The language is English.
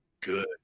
Good